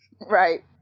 Right